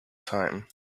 time